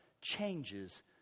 changes